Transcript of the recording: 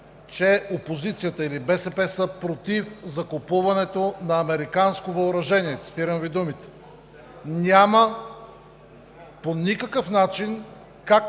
че опозицията или БСП са против закупуването на американско въоръжение – цитирам Ви думите. По никакъв начин